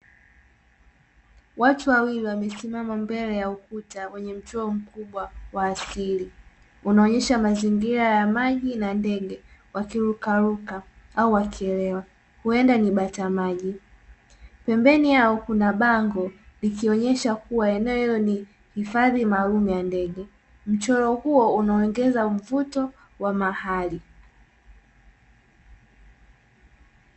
Watu wawili wamesimama mbele ya ukuta wenye mchoro mkubwa wa asili, unaonyesha mazingira ya maji na ndege wakirukaruka au wakielea, huenda ni bata maji. Pembeni yao kuna bango likionyesha kuwa eneo ni hifadhi maalumu ya ndege. Mchoro huo unaongeza mvuto wa mahali.